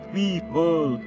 people